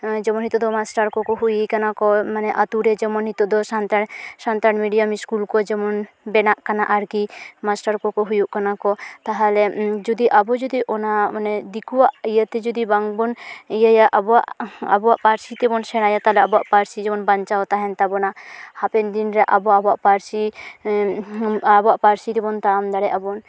ᱡᱮᱢᱚᱱ ᱦᱤᱛᱚᱜᱫᱚ ᱢᱟᱥᱴᱟᱨᱠᱚ ᱠᱚ ᱦᱩᱭᱠᱟᱱᱟ ᱠᱚ ᱢᱟᱱᱮ ᱟᱛᱩᱨᱮ ᱡᱮᱢᱚᱱ ᱦᱤᱛᱚᱜᱫᱚ ᱥᱟᱱᱛᱟᱲ ᱥᱟᱱᱛᱟᱲ ᱢᱤᱰᱤᱭᱟᱢ ᱤᱥᱠᱩᱞ ᱠᱚ ᱡᱮᱢᱚᱱ ᱵᱮᱱᱟᱜ ᱠᱟᱱᱟ ᱟᱨᱠᱤ ᱢᱟᱥᱴᱟᱨᱠᱚ ᱠᱚ ᱦᱩᱭᱩᱜ ᱠᱟᱱᱟ ᱠᱚ ᱛᱟᱦᱟᱞᱮ ᱡᱩᱫᱤ ᱟ ᱵᱩ ᱡᱚᱫᱤ ᱚᱱᱟ ᱚᱱᱮ ᱫᱤᱠᱩᱣᱟᱜ ᱤᱭᱟᱹᱛᱮ ᱡᱩᱫᱤ ᱵᱟᱝᱵᱚᱱ ᱤᱭᱟᱹᱭᱟ ᱟ ᱵᱩᱣᱟᱜ ᱟᱹᱵᱩᱣᱟᱜ ᱯᱟ ᱨᱥᱤ ᱛᱮᱵᱚᱱ ᱥᱮᱬᱟᱭᱟ ᱛᱟᱦᱚᱞᱮ ᱟᱵᱚᱣᱟᱜ ᱯᱟᱹᱨᱥᱤ ᱡᱮᱢᱚᱱ ᱵᱟᱧᱪᱟᱣ ᱛᱟᱦᱮᱱ ᱛᱟᱵᱚᱱᱟ ᱦᱟᱯᱮᱱᱫᱤᱱᱨᱮ ᱟᱵᱚ ᱟᱵᱚᱣᱟᱜ ᱯᱟᱹᱨᱥᱤ ᱟᱵᱚᱣᱟᱜ ᱯᱟᱹᱨᱥᱤ ᱜᱮᱵᱚᱱ ᱛᱟᱲᱟᱢ ᱫᱟᱲᱮᱜᱼᱟ ᱵᱚᱱ